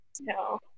no